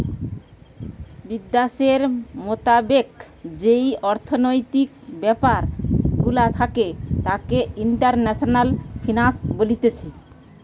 বিদ্যাশের মোতাবেক যেই অর্থনৈতিক ব্যাপার গুলা থাকে তাকে ইন্টারন্যাশনাল ফিন্যান্স বলতিছে